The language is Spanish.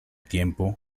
tiempo